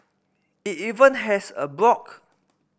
it even has a blog